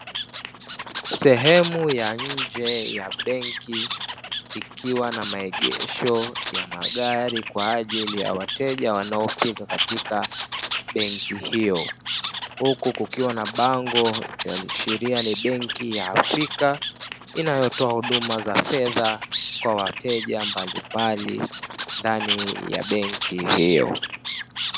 Sehemu ya nje ya benki ikiwa na maegesho ya magari kwa ajili ya wateja wanaofika katika benki hiyo, huku kukiwa na bango linaloashiria ni benki ya Afrika inayotoa huduma za fedha kwa wateja mbalimbali ndani ya benki hiyo.